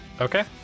Okay